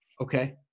Okay